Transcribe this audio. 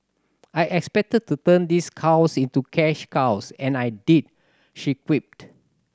I expected to turn these cows into cash cows and I did she quipped